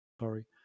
sorry